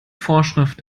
vorschrift